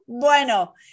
bueno